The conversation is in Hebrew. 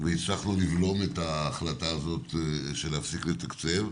והצלחנו לבלום את ההחלטה הזאת של להפסיק לתקציב.